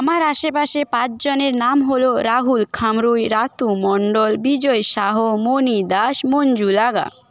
আমার আশেপাশে পাঁচজনের নাম হল রাহুল খামরুই রাতু মণ্ডল বিজয় শাহ মণি দাস মঞ্জু লাগা